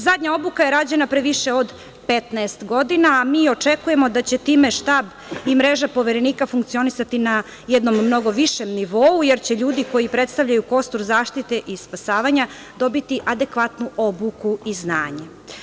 Zadnja obuka je rađena pre više od 15 godina, a mi očekujemo da će time štab i mreža poverenika funkcionisati na jednom mnogo višem nivou, jer će ljudi koji predstavljaju kostur zaštite i spasavanja dobiti adekvatnu obuku i znanje.